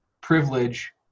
privilege